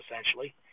essentially